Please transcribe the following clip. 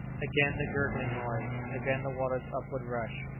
again the gurgling noise! again the water's upward rush!